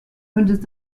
mündet